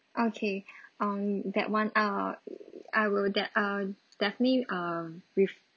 okay um that [one] uh I will de~ uh definitely um with